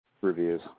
reviews